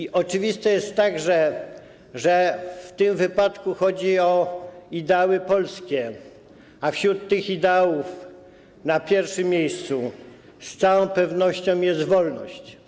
I oczywiste jest także, że w tym wypadku chodzi o ideały polskie, a wśród tych ideałów na pierwszym miejscu z całą pewnością jest wolność.